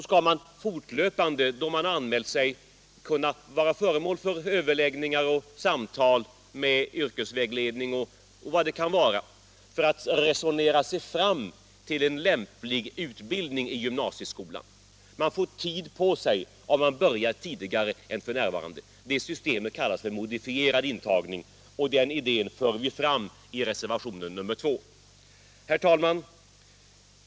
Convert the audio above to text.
Elev som anmält sig skall fortlöpande samtala med yrkesvägledning och vad det kan vara för att kunna resonera sig fram till en lämplig utbildning i gymnasieskolan. Man får tid på sig, om man börjar tidigare än f. n. Det systemet kallas för modifierad intagning, och den idén för vi fram i reservationen 2. Herr talman!